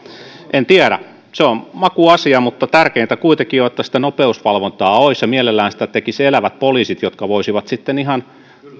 en tiedä se on makuasia mutta tärkeintä kuitenkin on että sitä nopeusvalvontaa olisi ja mielellään niin että sitä tekisivät elävät poliisit jotka voisivat sitten ihan